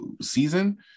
season